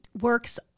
works